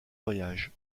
voyage